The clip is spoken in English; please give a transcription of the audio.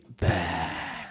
back